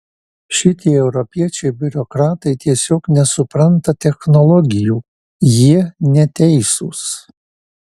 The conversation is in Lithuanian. šitie europiečiai biurokratai tiesiog nesupranta technologijų jie neteisūs